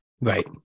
right